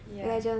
yeah